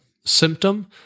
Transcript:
symptom